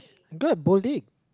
I'm good at bowling